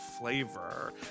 flavor